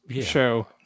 show